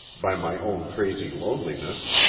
by my own crazy loneliness.